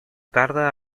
tarda